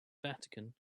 vatican